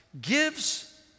gives